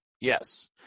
Yes